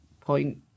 point